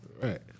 Right